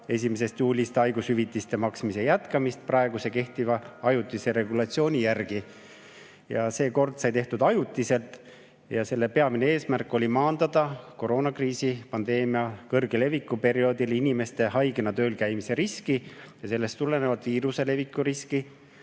ei toeta 1. juulist haigushüvitiste maksmise jätkamist kehtiva ajutise regulatsiooni järgi. See kord sai tehtud ajutisena ja selle peamine eesmärk oli maandada koroonaviiruse kõrge leviku perioodil inimeste haigena töölkäimise riski ja sellest tulenevat viiruse leviku riski.